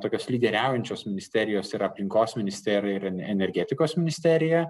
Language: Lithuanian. tokios lyderiaujančios ministerijos ir aplinkos ministerija ir energetikos ministerija